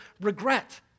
regret